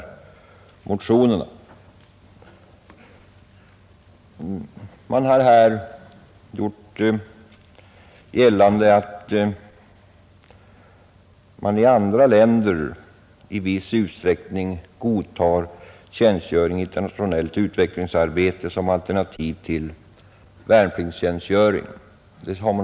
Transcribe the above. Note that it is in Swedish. I motionerna — och även i de anföranden som har hållits här — har gjorts gällande att man i andra länder i viss utsträckning godtager tjänstgöring i internationellt utvecklingsarbete som alternativ till värnpliktstjänstgöring.